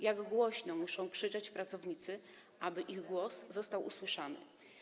Jak głośno muszą krzyczeć pracownicy, aby ich głos został usłyszany?